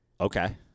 Okay